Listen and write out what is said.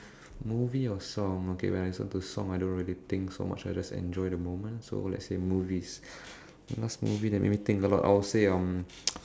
movie or song okay when I listen to song I don't really think so much I just enjoy the moment so let's say movies the last movie that made me think a lot I will say um